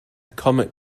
comet